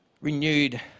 renewed